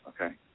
okay